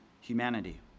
humanity